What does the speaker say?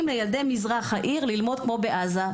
לילדי מזרח העיר ללמוד כמו שלומדים בעזה,